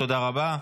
תודה רבה.